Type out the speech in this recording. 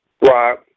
Right